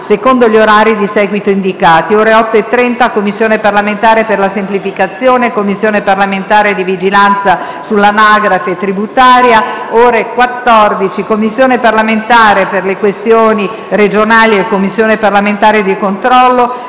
secondo gli orari di seguito indicati: - ore 8,30: Commissione parlamentare per la semplificazione e Commissione parlamentare di vigilanza sull'anagrafe tributaria; - ore 14: Commissione parlamentare per le questioni regionali e Commissione parlamentare di controllo